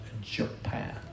Japan